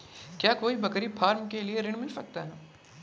क्या कोई बकरी फार्म के लिए ऋण मिल सकता है?